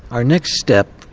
our next step.